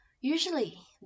Usually